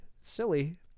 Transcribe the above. silly